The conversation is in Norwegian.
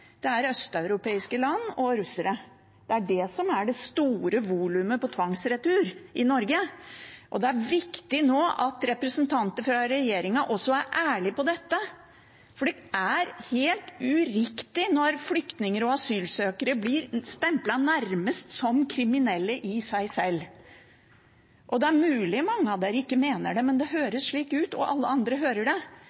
Det er flest øst-europeere og russere. Det er de som er det store volumet av tvangsreturer i Norge. Det er viktig nå at representanter fra regjeringen også er ærlige på dette, for det er helt uriktig når flyktninger og asylsøkere nærmest blir stemplet som kriminelle i seg selv. Det er mulig mange av dem som sier det, ikke mener det, men det